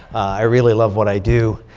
i really love what i do.